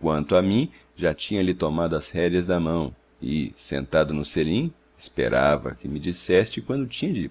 quanto a mim já lhe tinha tomado as rédeas da mão e sentado no selim esperava que me dissesse quanto tinha de